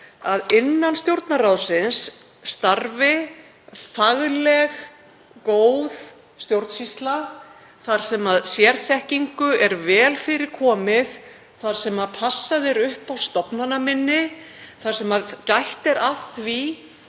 að innan Stjórnarráðsins starfi fagleg, góð stjórnsýsla þar sem sérþekkingu er vel fyrir komið, þar sem passað er upp á stofnanaminni, þar sem gætt er að því